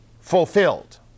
fulfilled